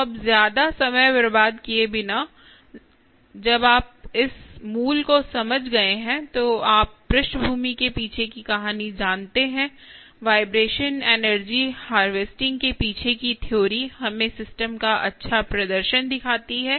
तो अब ज्यादा समय बर्बाद किए बिना जब आप इस मूल को समझ गए हैं तो आप पृष्ठभूमि के पीछे की कहानी जानते हैं वाइब्रेशन एनर्जी हार्वेस्टिंग के पीछे की थ्योरी हमें सिस्टम का अच्छा प्रदर्शन दिखाती है